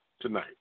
tonight